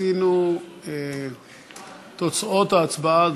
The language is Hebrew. תוצאות ההצבעה,